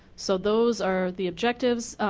so those are the objectives,